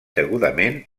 degudament